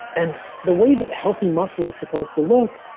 and the way that healthy muscle is supposed to look,